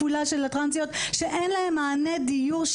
שאין להן מענה לדיור,